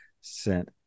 sent